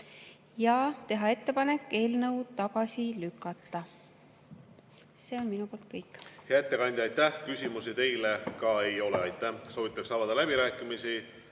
teha ettepanek eelnõu tagasi lükata. See on minu poolt kõik. Hea ettekandja, aitäh! Küsimusi teile ei ole. Aitäh! Kas soovitakse avada läbirääkimisi?